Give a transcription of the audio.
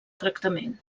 tractament